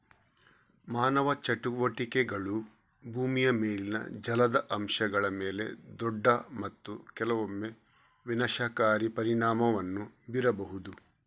ಮಾನವ ಚಟುವಟಿಕೆಗಳು ಭೂಮಿಯ ಮೇಲಿನ ಜಲದ ಅಂಶಗಳ ಮೇಲೆ ದೊಡ್ಡ ಮತ್ತು ಕೆಲವೊಮ್ಮೆ ವಿನಾಶಕಾರಿ ಪರಿಣಾಮವನ್ನು ಬೀರಬಹುದು